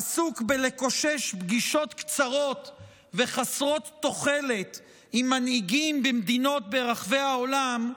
עסוק בלקושש פגישות קצרות וחסרות תוחלת עם מנהיגים במדינות ברחבי העולם,